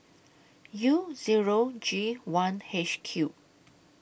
U Zero G one H Q